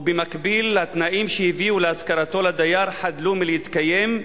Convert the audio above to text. ובמקביל התנאים שהביאו להשכרתו לדייר חדלו מלהתקיים,